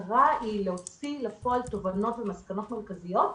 המטרה היא להוציא לפועל תובנות ומסקנות מרכזיות,